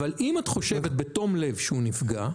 אבל אם את חושבת בתום לב שהוא נפגע,